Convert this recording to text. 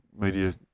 media